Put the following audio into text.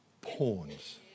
pawns